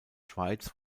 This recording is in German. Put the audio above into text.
schweiz